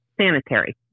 sanitary